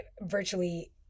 virtually